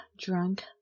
drunk